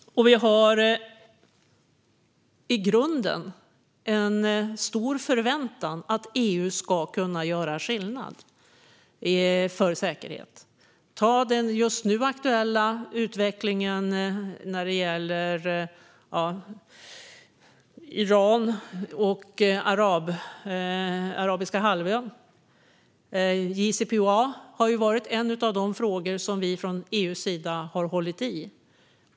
Vi har i grunden en stor förväntan på att EU ska kunna göra skillnad för säkerhet. Ta den just nu aktuella utvecklingen när det gäller Iran och Arabiska halvön! JCPOA har varit en av de frågor som vi från EU:s sida har hållit i.